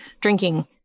drinking